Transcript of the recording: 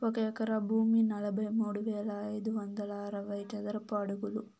ఒక ఎకరా భూమి నలభై మూడు వేల ఐదు వందల అరవై చదరపు అడుగులు